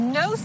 no